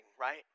Right